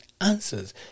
answers